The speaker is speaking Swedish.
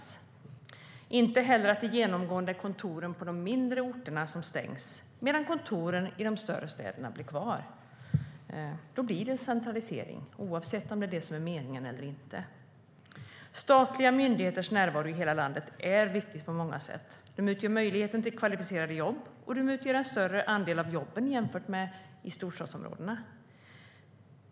Det ska inte heller genomgående vara kontoren på de mindre orterna som stängs medan kontoren i de större städerna blir kvar. Då blir det en centralisering, oavsett om det är meningen eller inte. Statliga myndigheters närvaro i hela landet är viktig på många sätt. De ger möjlighet till kvalificerade jobb, och de utgör en större andel av jobben jämfört med i storstadsområdena.